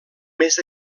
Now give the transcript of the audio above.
més